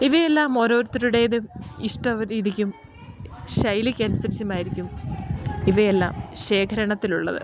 ഇവയെല്ലാം ഓരോരുത്തരുടേതും ഇഷ്ടം രീതിക്കും ശൈലിക്ക് അനുസരിച്ചുമായിരിക്കും ഇവയെല്ലാം ശേഖരണത്തിൽ ഉള്ളത്